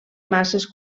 masses